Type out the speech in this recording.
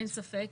אין ספק,